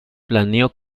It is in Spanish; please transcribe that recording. planeó